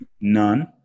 none